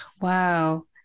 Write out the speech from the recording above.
Wow